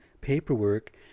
paperwork